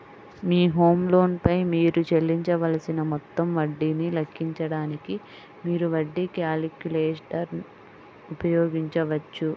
మీ home loan పై మీరు చెల్లించవలసిన మొత్తం వడ్డీని లెక్కించడానికి, మీరు వడ్డీ క్యాలిక్యులేటర్ ఉపయోగించవచ్చు